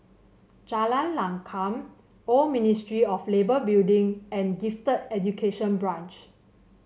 Jalan Lakum Old Ministry of Labour Building and Gifted Education Branch